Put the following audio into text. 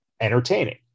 entertaining